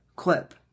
clip